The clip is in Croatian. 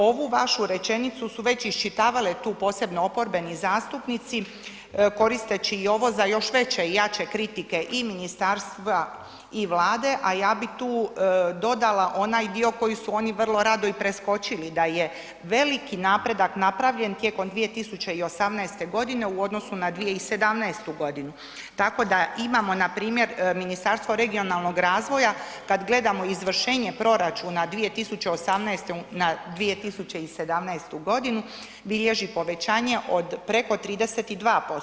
Ovu vašu rečenicu su već iščitavale tu posebno oporbeni zastupnici koristeći i ovo za još veće i jače kritike i ministarstva i Vlade, a ja bi tu dodala onaj dio koji su oni vrlo rado i preskočili, da je veliki napredak napravljen tijekom 2018.g. u odnosu na 2017.g., tako da imamo npr. Ministarstvo regionalnog razvoja kad gledamo izvršenje proračuna 2018. na 2017. bilježi povećanje od preko 32%